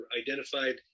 identified